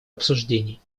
обсуждений